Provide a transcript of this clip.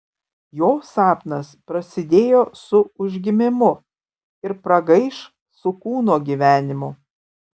jo sapnas prasidėjo su užgimimu ir pragaiš su kūno gyvenimu